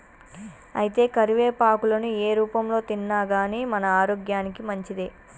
అయితే కరివేపాకులను ఏ రూపంలో తిన్నాగానీ మన ఆరోగ్యానికి మంచిదే